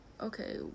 Okay